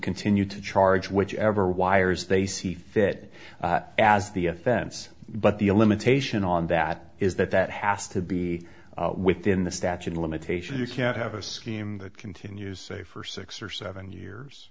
continue to charge whichever wires they see fit as the offense but the a limitation on that is that that has to be within the statute of limitation you can't have a scheme that continues say for six or seven years